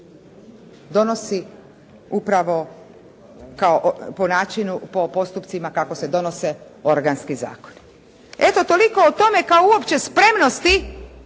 donosi upravo po načinu, po postupcima kako se donose organski zakoni. Eto toliko o tome kao uopće spremnosti